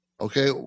Okay